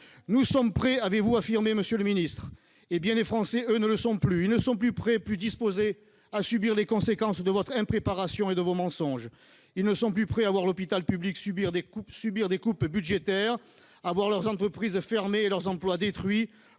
Nous sommes prêts, avez-vous affirmé, monsieur le ministre. Les Français, eux, ne le sont plus : ils ne sont plus disposés à subir les conséquences de votre impréparation et de vos mensonges. Ils ne sont plus prêts à voir l'hôpital public subir des coupes budgétaires, leurs entreprises fermer et leurs emplois détruits,